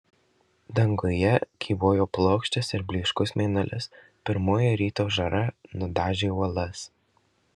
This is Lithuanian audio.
danguje kybojo plokščias ir blyškus mėnulis pirmoji ryto žara nudažė uolas